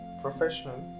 professional